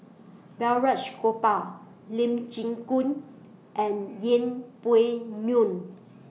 Balraj Gopal Lee Chin Koon and Yeng Pway Ngon